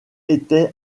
était